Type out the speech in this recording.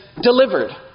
delivered